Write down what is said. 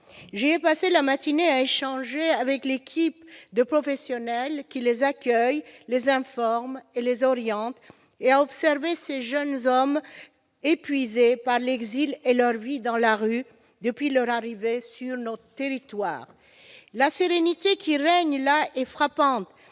J'y ai passé la matinée à dialoguer avec l'équipe de professionnels qui les accueille, les informe et les oriente, et à observer ces jeunes hommes épuisés par l'exil et la vie dans la rue depuis leur arrivée sur notre territoire. La sérénité qui règne là est frappante,